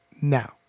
now